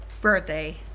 birthday